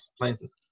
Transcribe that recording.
places